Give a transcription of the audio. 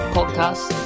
Podcast